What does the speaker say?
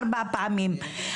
ארבע פעמים.